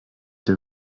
der